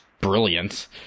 brilliant